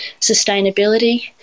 sustainability